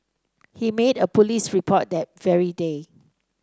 he made a police report that very day